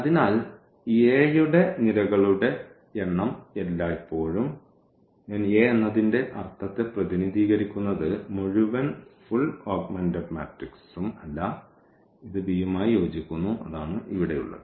അതിനാൽ A യുടെ നിരകളുടെ എണ്ണം എല്ലായ്പ്പോഴും ഞാൻ A എന്നതിന്റെ അർത്ഥത്തെ പ്രതിനിധീകരിക്കുന്നത് മുഴുവൻ ഓഗ്മെന്റഡ് മാട്രിക്സും അല്ല ഇത് b യുമായി യോജിക്കുന്നു അതാണ് ഇവിടെയുള്ളത്